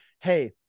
hey